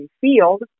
field